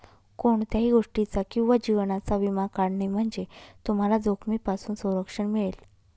कोणत्याही गोष्टीचा किंवा जीवनाचा विमा काढणे म्हणजे तुम्हाला जोखमीपासून संरक्षण मिळेल